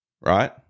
right